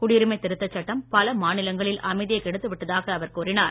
குடியுரிமை திருத்த சட்டம் பல மாநிலங்களில் அமைதியை கெடுத்து விட்டதாக அவர் கூறினார்